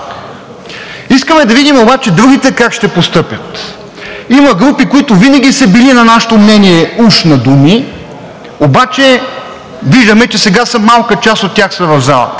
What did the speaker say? Искаме да видим обаче другите как ще постъпят. Има групи, които винаги са били на нашето мнение, уж на думи, обаче виждаме, че сега малка част от тях са в залата.